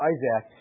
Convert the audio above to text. Isaac